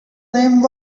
name